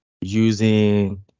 using